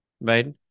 right